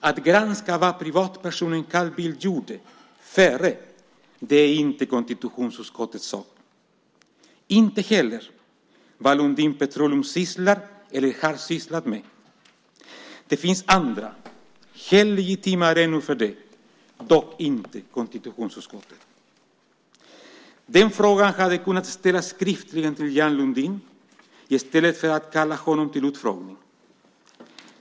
Att granska vad privatpersonen Carl Bildt gjorde före är inte konstitutionsutskottets sak, inte heller vad Lundin Petroleum sysslar med eller har sysslat med. Det finns andra helt legitima arenor för det, dock inte konstitutionsutskottet. Denna fråga hade kunnat ställas skriftligen till Ian Lundin i stället för att man kallade honom till utfrågning.